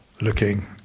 looking